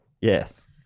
Yes